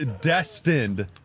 destined